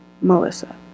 Melissa